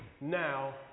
now